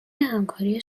همکاری